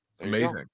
Amazing